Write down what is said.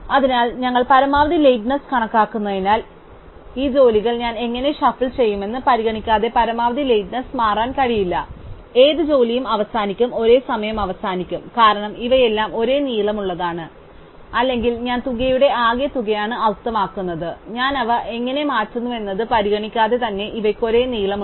അതിനാൽ ഞങ്ങൾ പരമാവധി ലേറ്റ്നെസ് കണക്കാക്കുന്നതിനാൽ ഈ ജോലികൾ ഞാൻ എങ്ങനെ ഷഫിൾ ചെയ്യുമെന്നത് പരിഗണിക്കാതെ പരമാവധി ലേറ്റ്നെസ് മാറാൻ കഴിയില്ല ഏത് ജോലിയും അവസാനിക്കും ഒരേ സമയം അവസാനിക്കും കാരണം ഇവയെല്ലാം ഒരേ നീളമുള്ളതാണ് അല്ലെങ്കിൽ ഞാൻ തുകയുടെ ആകെത്തുകയാണ് അർത്ഥമാക്കുന്നത് ഞാൻ അവ എങ്ങനെ മാറ്റുന്നു എന്നത് പരിഗണിക്കാതെ തന്നെ ഇവയ്ക്ക് ഒരേ നീളമുണ്ട്